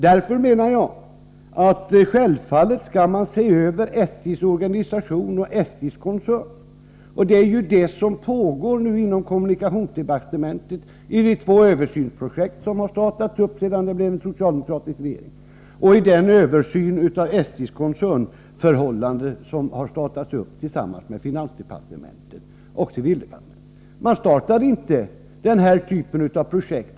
Därför menar jag att man självfallet skall se över SJ:s organisation och SJ:s koncernpolitik. Det är det som pågår inom kommunikationsdepartementet i de två översynsprojekt som har startats sedan vi fick en socialdemokratisk regering. En översyn av SJ:s koncernförhållande har även påbörjats tillsammans med finansdepartementet och civildepartementet. De borgerliga regeringarna startade inte den här typen av projekt.